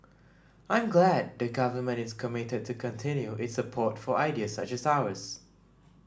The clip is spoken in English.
I'm glad the Government is committed to continue its support for ideas such as ours